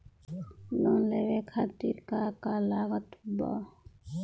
Loan लेवे खातिर का का लागत ब?